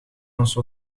ons